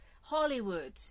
Hollywood